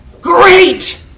great